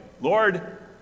Lord